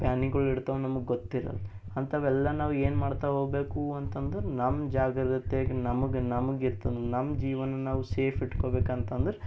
ಬ್ಯಾನಿಗುಳಿಡ್ತಾವೆ ನಮಿಗೆ ಗೊತ್ತಿರಲ್ಲ ಅಂಥವೆಲ್ಲ ನಾವು ಏನು ಮಾಡ್ತಾ ಹೋಗ್ಬೇಕು ಅಂತಂದ್ರ ನಮ್ಮ ಜಾಗ್ರತೆಯಾಗಿ ನಮಗೆ ನಮ್ಗಿತ್ತ ನಮ್ಮ ಜೀವನ ನಾವು ಸೇಫ್ ಇಟ್ಕೊಬೇಕಂತದರೆ